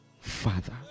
father